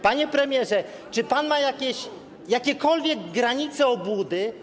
Panie premierze, czy pan ma jakiekolwiek granice obłudy?